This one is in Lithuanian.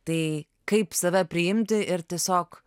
tai kaip save priimti ir tiesiog